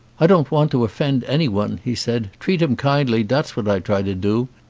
i don't want to offend anyone, he said. treat em kindly, dat's what i try to do.